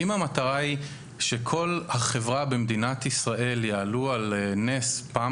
אם המטרה היא שכל החברה במדינת ישראל יעלו על נס פעם